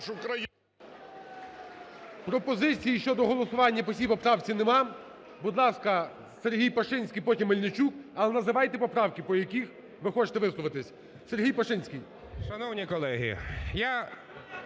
Пропозицій щодо голосування по цій поправці немає. Будь ласка, Сергій Пашинський, потім – Мельничук. Але називайте поправки, по яких ви хочете висловитись. Сергій Пашинський. 12:59:37